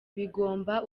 bigomba